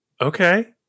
okay